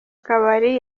kabari